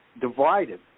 divided